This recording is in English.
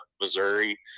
Missouri